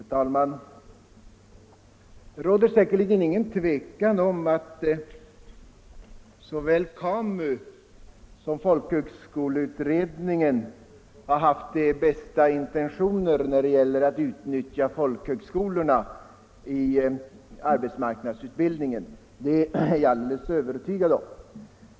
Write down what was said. Herr talman! Det råder säkerligen inget tvivel om att såväl KAMU som folkhögskoleutredningen har haft de bästa intentioner när det gäller att utnyttja folkhögskolorna i arbetsmarknadsutbildningen; det är jag alldeles övertygad om.